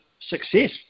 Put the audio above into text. success